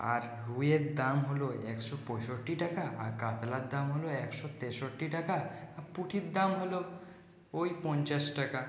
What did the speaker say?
আর রুইয়ের দাম হল একশো পঁয়ষট্টি টাকা আর কাতলার দাম হল একশো তেষট্টি টাকা পুঁঠির দাম হল ওই পঞ্চাশ টাকা